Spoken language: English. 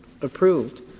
approved